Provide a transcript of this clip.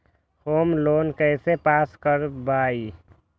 Home loan कैसे पास कर बाबई?